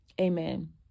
Amen